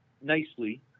nicely